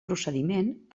procediment